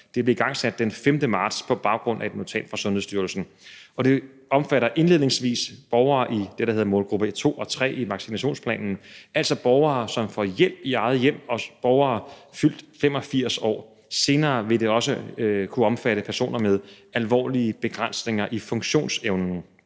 Det har vi igangsat den 5. marts på baggrund af et notat fra Sundhedsstyrelsen. Det omfatter indledningsvis borgere i det, der hedder målgruppe 2 og 3 i vaccinationsplanen, altså borgere, som får hjælp i eget hjem, og borgere, der er fyldt 85 år. Senere vil det også kunne omfatte personer med alvorlige begrænsninger i funktionsevnen.